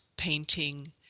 painting